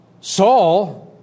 Saul